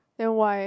then why